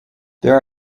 there